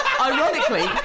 ironically